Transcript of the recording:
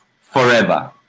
forever